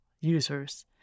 users